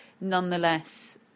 nonetheless